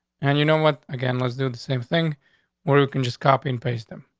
and you know what again? let's do the same thing where you can just copy and paste them.